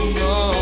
no